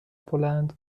بلند